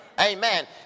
Amen